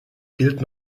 gilt